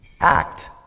act